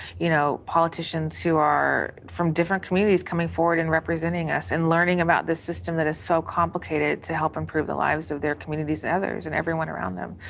you know politicians who are from different communities coming forward and representing us and learning about the system that is so complicated to help improve the lives of their communities and others and everyone around them.